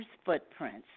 Footprints